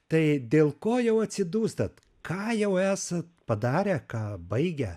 tai dėl ko jau atsidūstat ką jau esat padarę ką baigę